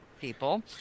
people